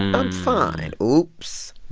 i'm fine. oops,